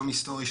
יום היסטורי,